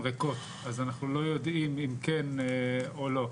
ריקות אז אנחנו לא יודעים אם כן או לא,